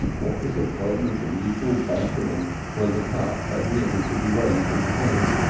what disappointment and mutual bantering when the cup had merely to be raised in the hand,